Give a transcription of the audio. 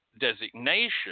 designation